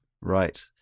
Right